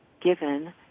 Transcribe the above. given